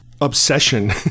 obsession